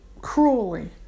cruelly